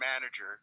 manager